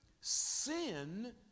sin